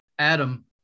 Adam